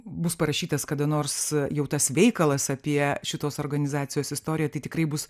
bus parašytas kada nors jau tas veikalas apie šitos organizacijos istoriją tai tikrai bus